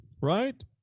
right